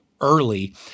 early